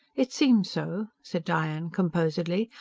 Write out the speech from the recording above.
it seems so, said diane composedly.